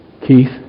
Keith